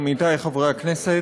עמיתי חברי הכנסת,